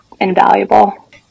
invaluable